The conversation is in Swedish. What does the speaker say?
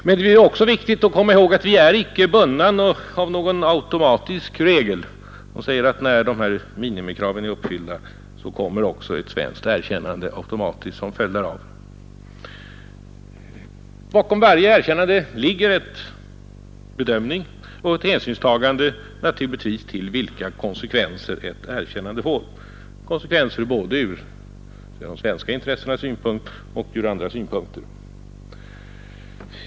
Men det är också viktigt att komma ihåg att vi icke är bundna av någon regel som säger att när dessa minimikrav är uppfyllda, kommer ett svenskt erkännande automatiskt som följd därav. Bakom varje erkännande ligger en bedömning och ett hänsynstagande naturligtvis till vilka konsekvenser ett erkännande får både ur de svenska intressenas synpunkt och ur andra synpunkter.